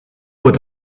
what